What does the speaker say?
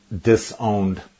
disowned